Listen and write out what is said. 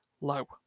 low